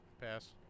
pass